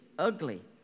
ugly